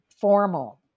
formal